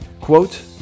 Quote